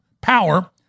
power